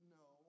no